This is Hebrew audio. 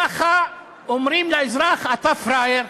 ככה אומרים לאזרח: אתה פראייר,